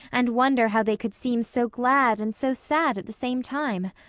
and wonder how they could seem so glad and so sad at the same time.